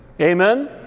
Amen